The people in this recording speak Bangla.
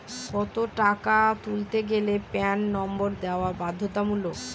কত টাকা তুলতে গেলে প্যান নম্বর দেওয়া বাধ্যতামূলক?